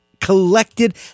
collected